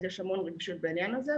אז יש המון רגישות בעניין הזה.